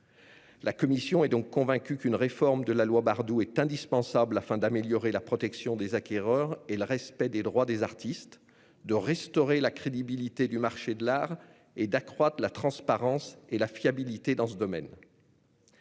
La commission est donc convaincue qu'une réforme de la loi Bardoux est indispensable afin d'améliorer la protection des acquéreurs et le respect des droits des artistes, de restaurer la crédibilité du marché de l'art et d'accroître la transparence et la fiabilité dans ce secteur.